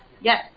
yes